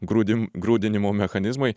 grūdim grūdinimo mechanizmai